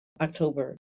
October